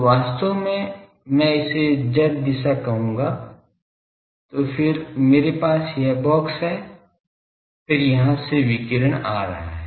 तो वास्तव में मैं इसे z दिशा कहूंगा तो फिर मेरे पास यह बॉक्स है फिर यहां से विकिरण आ रहा है